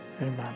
Amen